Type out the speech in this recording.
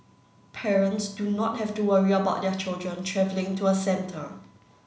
parents do not have to worry about their children travelling to a centre